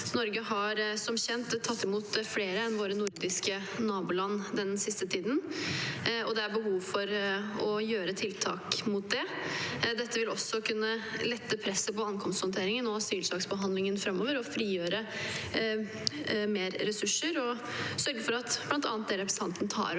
Norge har som kjent tatt imot flere enn våre nordiske naboland den siste tiden, og det er behov for å gjøre tiltak mot det. Dette vil også kunne lette presset på ankomsthåndteringen og asylsaksbehandlingen framover, frigjøre mer ressurser og sørge for at bl.a. det representanten tar